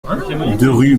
rue